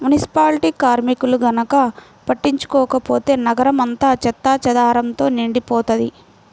municipality కార్మికులు గనక పట్టించుకోకపోతే నగరం అంతా చెత్తాచెదారంతో నిండిపోతది